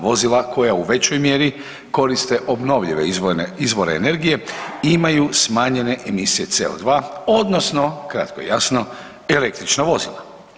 Vozila koje u većoj mjeri koriste obnovljive izvore energije i imaju smanjene emisije CO2 odnosno kratko i jasno električna vozila.